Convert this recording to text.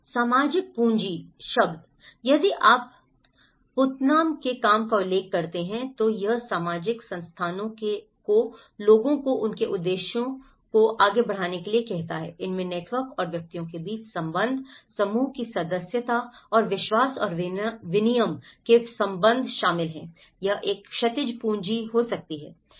सामाजिक पूंजी शब्द यदि आप पुत्नाम के काम का उल्लेख करते हैं तो यह सामाजिक संसाधनों को लोगों को उनके उद्देश्यों को आगे बढ़ाने के लिए कहता है इनमें नेटवर्क और व्यक्तियों के बीच संबंध समूहों की सदस्यता और विश्वास और विनिमय के संबंध शामिल हैं यह एक क्षैतिज पूंजी हो सकती है